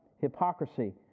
Hypocrisy